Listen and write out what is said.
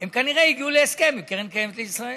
הם כנראה הגיעו להסכם עם קרן קיימת לישראל.